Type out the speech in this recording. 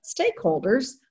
stakeholders